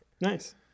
nice